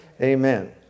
Amen